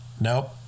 Nope